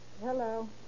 Hello